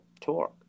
torque